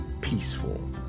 peaceful